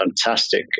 fantastic